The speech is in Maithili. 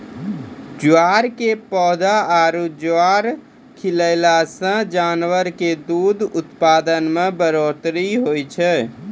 ज्वार के पौधा आरो ज्वार खिलैला सॅ जानवर के दूध उत्पादन मॅ बढ़ोतरी होय छै